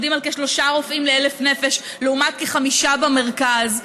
שעומדים על כשלושה רופאים ל-1,000 נפש לעומת כחמישה במרכז.